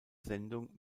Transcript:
sendung